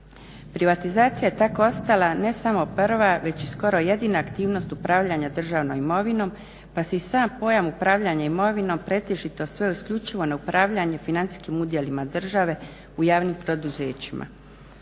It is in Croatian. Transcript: Privatizacija je tako ostala ne samo prva već i skoro jedina aktivnost upravljanja državnom imovinom pa se i sam pojam upravljanja imovinom pretežito sveo isključivo na upravljanje financijskim udjelima države u javnim poduzećima.